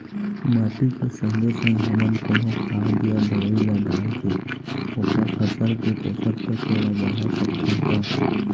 माटी के संगे संग हमन कोनो खाद या दवई ल डालके ओखर फसल के पोषकतत्त्व ल बढ़ा सकथन का?